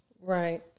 Right